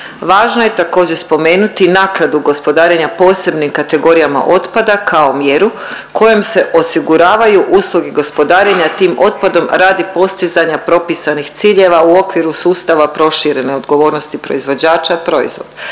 Važno je također spomenuti naknadu gospodarenja posebnim kategorijama otpada kao mjeru kojom se osiguravaju usluge gospodarenja tim otpadom radi postizanja propisanih ciljeva u okviru sustava proširene odgovornosti proizvođača proizvoda.